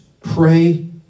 Pray